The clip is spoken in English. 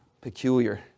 peculiar